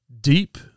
deep